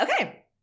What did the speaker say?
Okay